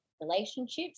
relationships